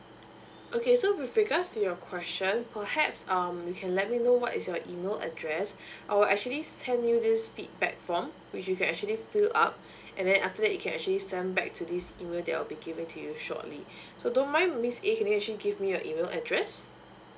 okay so with regards to your question perhaps um you can let me know what is your email address I will actually send you this feedback form which you actually fill up and then after that you can actually send back to this email that I'll be giving to you shortly so don't mind miss a can you actually give me your email address